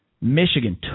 Michigan